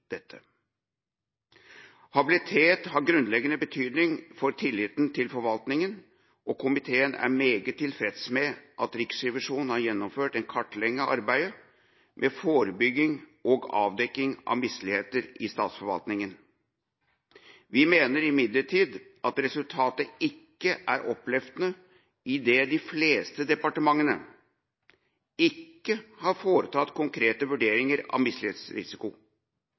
og komiteen er meget tilfreds med at Riksrevisjonen har gjennomført en kartlegging av arbeidet med forebygging og avdekking av misligheter i statsforvaltninga. Vi mener imidlertid at resultatet ikke er oppløftende, idet de fleste departementene ikke har foretatt konkrete vurderinger av